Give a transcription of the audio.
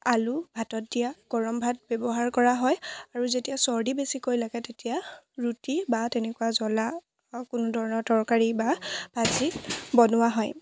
আলু ভাতত দিয়া গৰম ভাত ব্যৱহাৰ কৰা হয় আৰু যেতিয়া চৰ্দি বেছিকৈ লাগে তেতিয়া ৰুটি বা তেনেকুৱা জ্বলা কোনো ধৰণৰ তৰকাৰী বা ভাজি বনোৱা হয়